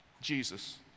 Jesus